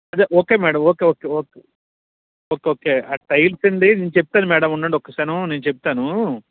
అదే okay madam okay okay okay okay okay ఆ tiles అండి నేను చెప్తాను మేడం ఉండండి ఒక్క క్షణం నేను చెప్తాను